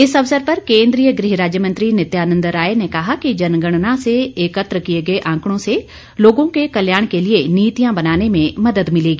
इस अवसर पर केन्द्रीय गृह राज्य मंत्री नित्यानंद राय ने कहा कि जनगणना से एकत्र किए गए आंकड़ों से लोगों के कल्याण के लिए नीतियां बनाने में मदद मिलेगी